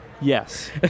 yes